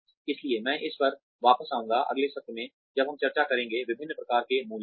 इसलिए मैं इस पर वापस आऊंगा अगले सत्र में जब हम चर्चा करेंगे विभिन्न प्रकार के मूल्यांकन